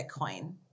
Bitcoin